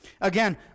Again